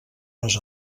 les